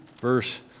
verse